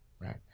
right